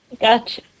Gotcha